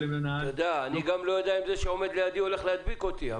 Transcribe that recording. אני גם לא יודע אם זה שעומד לידי הולך להדביק אותי.